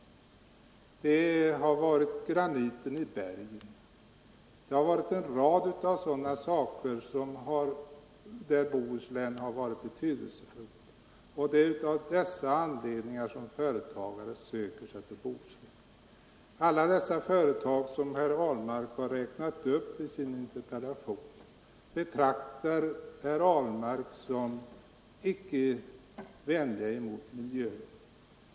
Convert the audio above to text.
Det är vidare graniten i berget. Det finns en rad sådana fördelar som gör Bohuslän betydelsefullt, och det är därför som företagare söker sig till Bohuslän. Alla de företag som herr Ahlmark räknat upp i sin interpellation betraktar han som icke miljövänliga.